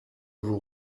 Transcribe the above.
vous